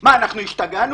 מה, אנחנו השתגענו?